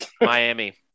Miami